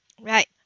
Right